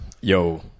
Yo